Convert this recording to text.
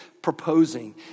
Proposing